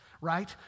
right